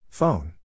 Phone